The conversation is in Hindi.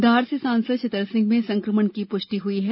धार से सांसद छतर सिंह में संकमण की पुष्टि हई है